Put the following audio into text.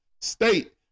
State